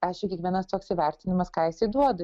aišku kiekvienas toks įvertinimas ką jisai duoda